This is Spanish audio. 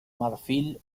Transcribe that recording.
marfil